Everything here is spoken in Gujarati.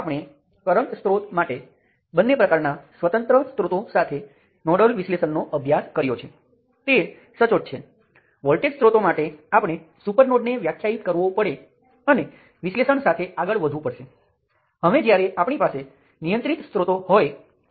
આપણે નોડલ વિશ્લેષણ જોયું જે સામાન્ય રીતે સર્કિટનું વિશ્લેષણ કરવાની રીત છે અને તે કોઈપણ સાઈઝની સર્કિટ્સનું માપન હોઈ શકે છે